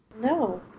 No